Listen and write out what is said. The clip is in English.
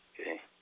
Okay